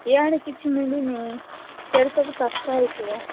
ଇଆଡ଼େ କିଛି ମିଳୁନି ସିଆଡ଼େ ସବୁ ଶସ୍ତା ହୋଇଥିବ